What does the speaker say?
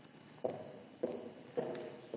Hvala.